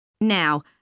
Now